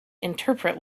interpret